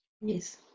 Yes